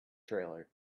trailer